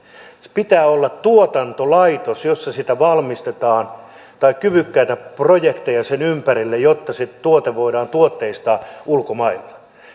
pitää olla tuotantolaitos jossa sitä valmistetaan tai kyvykkäitä projekteja sen ympärille jotta se tuote voidaan tuotteistaa ulkomaille